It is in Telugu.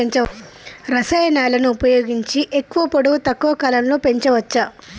రసాయనాలను ఉపయోగించి ఎక్కువ పొడవు తక్కువ కాలంలో పెంచవచ్చా?